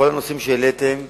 ובכל הנושאים שהעליתם,